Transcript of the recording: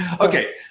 Okay